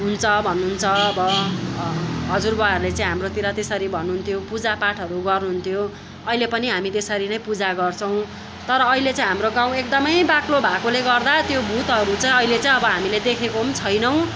हुन्छ भन्नुहुन्छ अब हजुरबुवाहरूले चाहिँ हाम्रोतिर त्यसरी भन्नुहुन्थ्यो पूजा पाठ गर्नुहुन्थ्यो अहिले पनि हामी त्यसरी नै पूजा गर्छौँ तर अहिले चाहिँ हाम्रो गाउँ एकदमै बाक्लो भएकोले गर्दा त्यो भूतहरू चाहिँ अहिले चाहिँ हामीले देखेको पनि छैनौँ